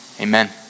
amen